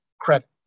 credit